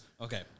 Okay